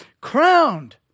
crowned